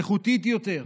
איכותית יותר,